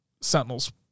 sentinels